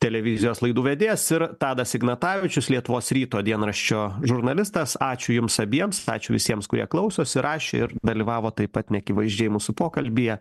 televizijos laidų vedėjas ir tadas ignatavičius lietuvos ryto dienraščio žurnalistas ačiū jums abiems ačiū visiems kurie klausosi rašė ir dalyvavo taip pat neakivaizdžiai mūsų pokalbyje